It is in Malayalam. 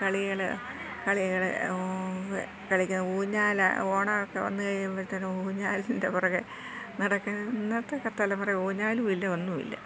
കളികൾ കളികൾ കളിക്കുന്ന ഊഞ്ഞാൽ ഓണമൊക്കെ വന്നു കഴിയുമ്പോൾ തന്നെ ഊഞ്ഞാലിൻ്റെ പിറകെ നടക്കുക ഇന്നത്തെയൊക്കെ തലമുറ ഊഞ്ഞാലും ഇല്ല ഒന്നുമില്ല